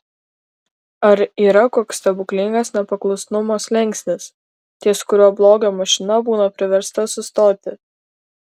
ar yra koks stebuklingas nepaklusnumo slenkstis ties kuriuo blogio mašina būna priversta sustoti